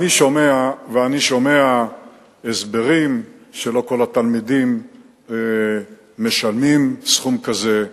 אני שומע הסברים שלא כל התלמידים משלמים סכום כזה,